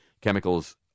Chemicals